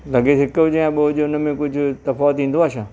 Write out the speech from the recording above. luggage हिकु हुजे या ॿ हुजे उन में कुझु तफ़ावत ईंदो आहे छा